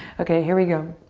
okay, here we go.